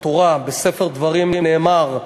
בתורה, בספר דברים נאמר: